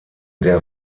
der